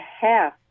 half